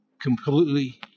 completely